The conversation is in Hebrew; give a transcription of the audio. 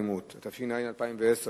בעד, 8, אין מתנגדים ואין נמנעים.